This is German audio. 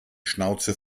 schnauze